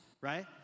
right